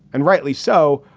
and rightly so,